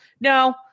No